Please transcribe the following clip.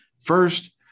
First